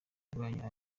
rwanyu